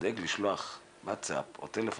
דואג לשלוח וואטסאפ או טלפון,